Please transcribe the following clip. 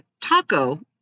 taco